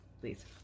please